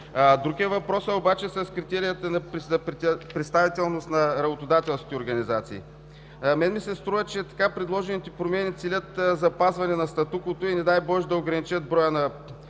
Друг е въпросът обаче с критериите за представителност на работодателски организации. Струва ми се, че така предложените промени целят запазване на статуквото и, не дай Боже, да ограничат броя на